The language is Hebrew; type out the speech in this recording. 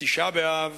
בתשעה באב